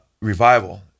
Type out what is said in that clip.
revival